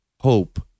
hope